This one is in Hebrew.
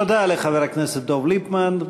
תודה לחבר הכנסת דב ליפמן.